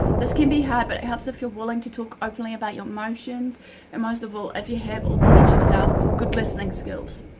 this can be hard but it helps if you're willing to talk openly about your emotions and most of all if you have or teach yourself good listening skills.